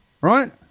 Right